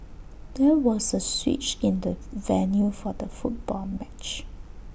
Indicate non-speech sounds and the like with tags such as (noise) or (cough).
there was A switch in the (unintelligible) venue for the football match